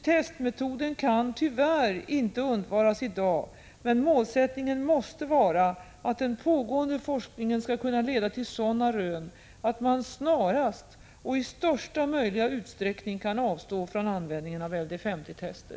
Testmetoden kan tyvärr inte undvaras i dag, men målsättningen måste dock vara att den pågående forskningen skall kunna leda till sådana rön att man snarast och i största möjliga utsträckning kan avstå från användningen av LD-50-tester.